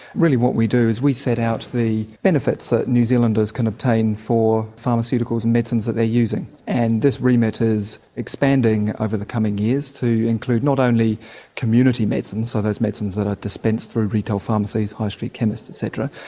really what we do is we set out the benefits that new zealanders can obtain for pharmaceuticals and medicines that they are using, and this remit is expanding over the coming years to include not only community medicine, so those medicines that are dispensed through retail pharmacies, high street chemists et cetera,